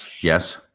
Yes